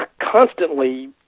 constantly